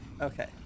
Okay